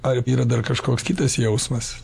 ar yra dar kažkoks kitas jausmas